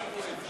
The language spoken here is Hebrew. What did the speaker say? יגאל גואטה.